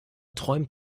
träumt